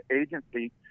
agency